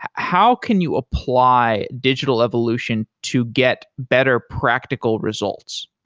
how can you apply digital evolution to get better practical results?